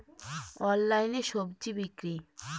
অনলাইনে স্বজি বিক্রি?